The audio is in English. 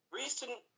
recent